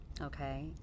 Okay